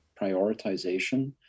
prioritization